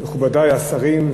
מכובדי השרים,